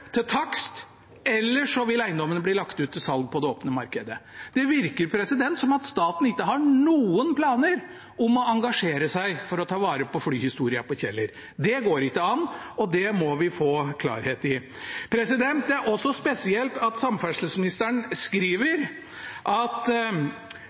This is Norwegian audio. til takst, eller så vil eiendommene bli lagt ut til salg på det åpne markedet. Det virker som at staten ikke har noen planer om å engasjere seg for å ta vare på flyhistorien på Kjeller. Det går ikke an – og det må vi få klarhet i. Det er også spesielt at samferdselsministeren